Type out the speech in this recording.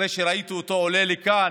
ראיתי אותו עולה לכאן,